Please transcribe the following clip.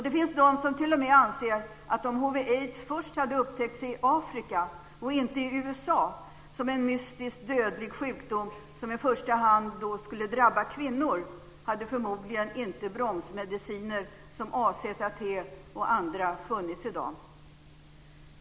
Det finns de som t.o.m. anser att om hiv/aids först hade upptäckts i Afrika, inte i USA, som en mystisk och dödlig sjukdom som i första hand skulle drabba kvinnor, hade bromsmediciner, t.ex. AZT, förmodligen inte funnits i dag.